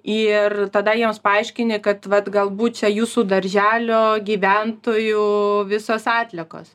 ir tada jiems paaiškini kad vat galbūt čia jūsų darželio gyventojų visos atliekos